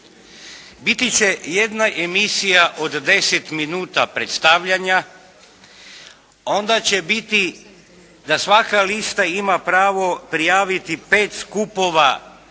Biti će jedna emisija od 10 minuta predstavljanja, onda će biti da svaka lista ima pravo prijaviti 5 skupova, a